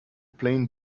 plain